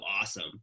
awesome